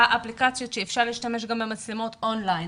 אפליקציות ואפשר להשתמש גם במצלמות און ליין.